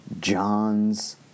John's